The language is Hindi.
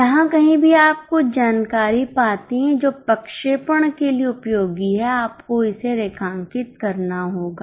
जहाँ कहीं भी आप कुछ जानकारी पाते हैं जो प्रक्षेपण के लिए उपयोगी है आपको इसे रेखांकित करना होगा